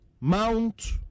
Mount